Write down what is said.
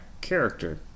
character